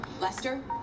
Lester